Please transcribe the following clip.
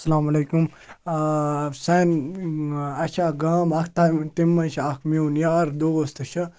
اَسَلامُ علیکُم سانہِ اَسہِ چھِ اَکھ گام اَکھ تمہِ تَمہِ منٛز چھِ اَکھ میون یارٕ دوستہٕ چھِ